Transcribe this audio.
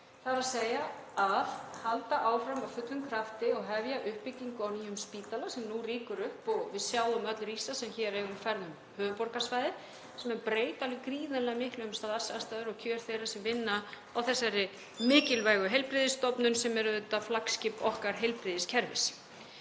velsæld, þ.e. að halda áfram af fullum krafti og hefja uppbyggingu á nýjum spítala sem nú rýkur upp og við sjáum öll rísa sem hér eigum ferð um höfuðborgarsvæðið sem mun breyta alveg gríðarlega miklu um starfsaðstæður og kjör þeirra sem vinna á þessari mikilvægu heilbrigðisstofnun sem er flaggskip heilbrigðiskerfisins